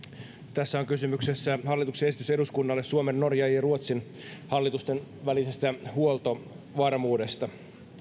tässä on kysymyksessä hallituksen esitys eduskunnalle suomen norjan ja ja ruotsin hallitusten välisestä huoltovarmuudesta